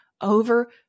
over